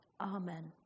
Amen